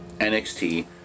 NXT